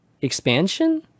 expansion